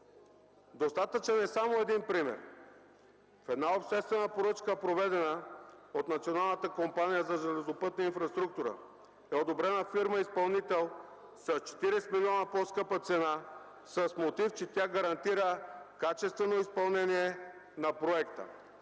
Достатъчен е само един пример. В една обществена поръчка, проведена от Националната компания „Железопътна инфраструктура”, е одобрена фирма изпълнител с 40 млн. лв. по-скъпа цена с мотив, че тя гарантира качествено изпълнение на проекта.